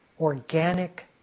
organic